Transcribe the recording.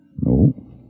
No